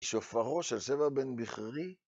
שופרו של שבע בן בכרי